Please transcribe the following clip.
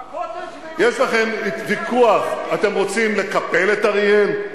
ה"קוטג'" יש לכם ויכוח, אתם רוצים לקפל את אריאל,